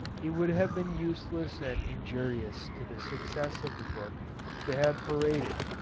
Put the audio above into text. it would have been useless and injurious to the success of the book to have paraded,